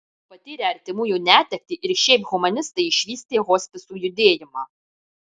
patyrę artimųjų netektį ir šiaip humanistai išvystė hospisų judėjimą